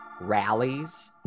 rallies